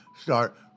start